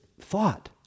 thought